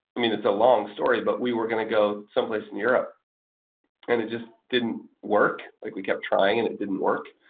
i mean, it's a long story, but we were going to go someplace in europe and it just didn't work, but like we kept trying and it didn't work,